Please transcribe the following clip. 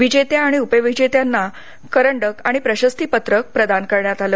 विजेत्या आणि उपविजेत्यांना करंडक आणि प्रशस्तीपत्रक प्रदान करण्यात आलं